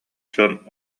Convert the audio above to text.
дьон